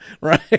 right